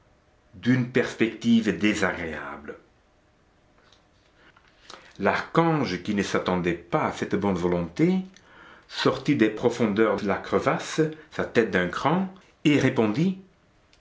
d'une perspective désagréable l'archange qui ne s'attendait pas à cette bonne volonté sortit des profondeurs de la crevasse sa tête d'un cran et répondit